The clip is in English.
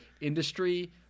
industry